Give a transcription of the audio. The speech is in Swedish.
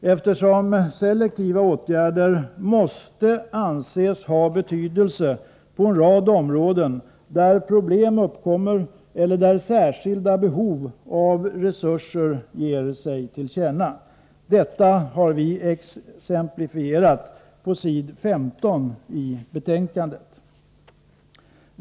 eftersom selektiva åtgärder måste anses ha betydelse på en rad områden där problem uppkommer eller särskilda behov av resurser ger sig till känna. Detta har vi exemplifierat på s. 15 i betänkandet.